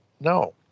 no